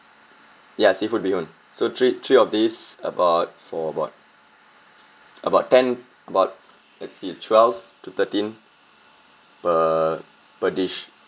ya seafood bee hoon so three three of these about for about about ten about let's see twelve to thirteen per per dish